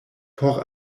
por